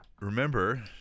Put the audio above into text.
remember